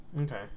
Okay